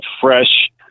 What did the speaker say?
fresh